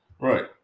Right